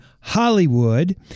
Hollywood